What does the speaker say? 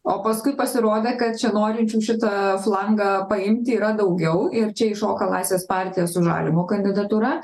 o paskui pasirodė kad čia norinčių šitą flangą paimti yra daugiau ir čia iššoka laisvės partija su žalimu kandidatūra